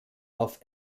auf